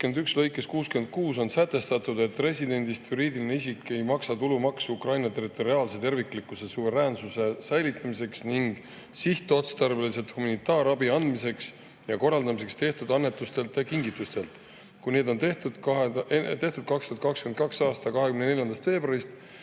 lõikes 66 on sätestatud, et residendist juriidiline isik ei maksa tulumaksu Ukraina territoriaalse terviklikkuse ja suveräänsuse säilitamiseks ning sihtotstarbeliselt humanitaarabi andmiseks ja korraldamiseks tehtud annetustelt ja kingitustelt, kui need on tehtud 2022. aasta 24. veebruarist